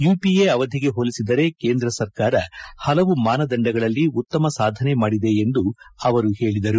UPA ಅವಧಿಗೆ ಹೋಲಿಸಿದರೆ ಕೇಂದ್ರ ಸರ್ಕಾರ ಹಲವು ಮಾನದಂಡಗಳಲ್ಲಿ ಉತ್ತಮ ಸಾಧನೆ ಮಾಡಿದೆ ಎಂದು ಅವರು ಹೇಳಿದರು